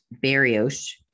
Barrios